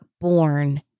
born